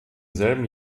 selben